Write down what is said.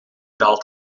daalt